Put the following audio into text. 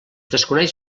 desconeix